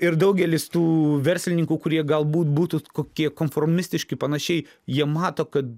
ir daugelis tų verslininkų kurie galbūt būtų kokie konformistiški panašiai jie mato kad